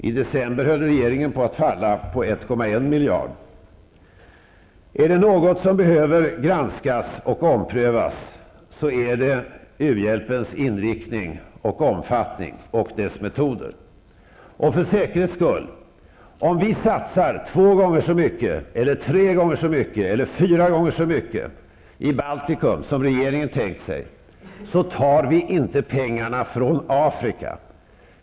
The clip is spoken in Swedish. I december höll regeringen på att falla på 1,1 miljard. Är det något som behöver granskas och omprövas så är det uhjälpens inriktning och omfattning och dess metoder. Och för säkerhets skull vill jag säga: Om vi satsar två, tre eller fyra gånger så mycket i Baltikum som regeringen tänkt sig, så tar vi inte pengarna från Afrika.